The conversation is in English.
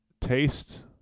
taste